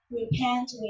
Repent